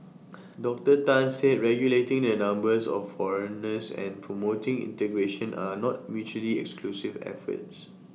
Doctor Tan said regulating the numbers of foreigners and promoting integration are not mutually exclusive efforts